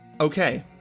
Okay